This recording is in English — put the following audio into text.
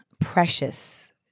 precious